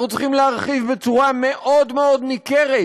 אנחנו צריכים להרחיב בצורה מאוד מאוד ניכרת